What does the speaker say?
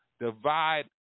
divide